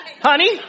Honey